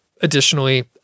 Additionally